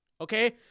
Okay